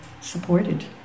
supported